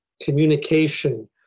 communication